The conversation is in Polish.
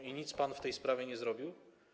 I nic pan w tej sprawie nie zrobił?